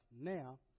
now